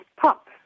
pop